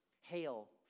hail